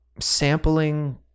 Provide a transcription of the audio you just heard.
sampling